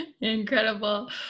Incredible